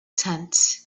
tent